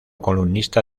columnista